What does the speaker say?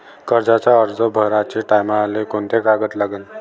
कर्जाचा अर्ज भराचे टायमाले कोंते कागद लागन?